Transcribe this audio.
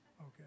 okay